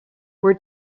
were